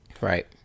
Right